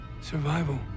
Survival